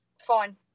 fine